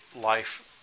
life